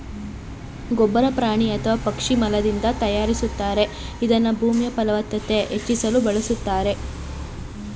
ಗೊಬ್ಬರ ಪ್ರಾಣಿ ಅಥವಾ ಪಕ್ಷಿ ಮಲದಿಂದ ತಯಾರಿಸ್ತಾರೆ ಇದನ್ನ ಭೂಮಿಯಫಲವತ್ತತೆ ಹೆಚ್ಚಿಸಲು ಬಳುಸ್ತಾರೆ